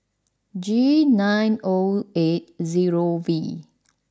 G nine O eight zero V